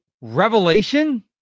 revelation